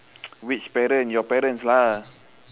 which parent your parents lah